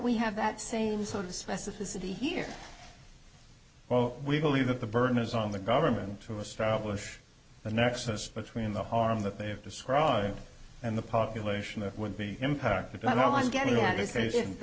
we have that same sort of specificity here well we believe that the burden is on the government to establish the nexus between the harm that they have described and the population that would be impacted but i'm getting at is that